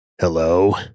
Hello